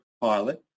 pilot